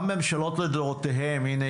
גם ממשלות לדורותיהן הינה,